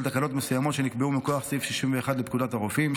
תקנות מסוימות שנקבעו מכוח סעיף 61 לפקודת הרופאים,